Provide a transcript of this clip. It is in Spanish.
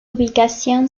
ubicación